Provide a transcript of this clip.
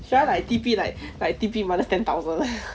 should I like T_P like like T_P minus ten thousand